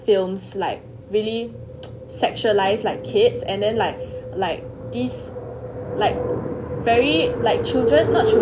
films like really sexualized like kids and then like like this like very like children not children not